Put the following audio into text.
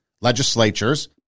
legislatures